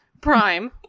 Prime